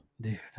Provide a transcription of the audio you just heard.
dude